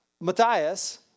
Matthias